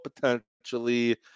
potentially